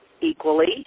equally